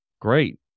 great